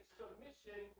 submission